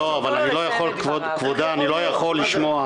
לא, כבודה, אני לא יכול לשמוע,